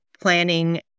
planning